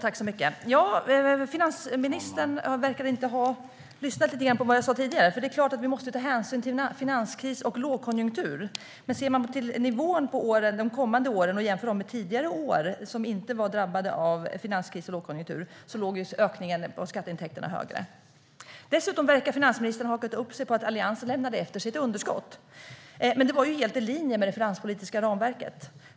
Herr talman! Finansministern verkar inte ha lyssnat så väl på det jag sa tidigare. Det är klart att vi måste ta hänsyn till finanskris och lågkonjunktur. Men ser man på nivån de kommande åren och jämför med tidigare år, som inte var drabbade av finanskris och lågkonjunktur, ser man att ökningen av skatteintäkterna då var större. Dessutom verkar finansministern ha hakat upp sig på att Alliansen lämnade efter sig ett underskott. Men det var helt i linje med det finanspolitiska ramverket.